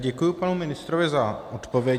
Děkuji panu ministrovi za odpovědi.